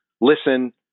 listen